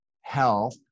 health